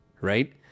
right